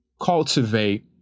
cultivate